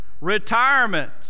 Retirement